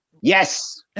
yes